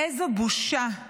איזו בושה.